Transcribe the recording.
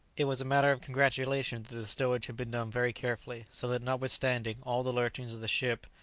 it was a matter of congratulation that the stowage had been done very carefully, so that notwithstanding all the lurchings of the ship,